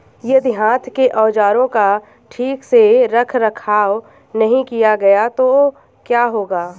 यदि हाथ के औजारों का ठीक से रखरखाव नहीं किया गया तो क्या होगा?